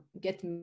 get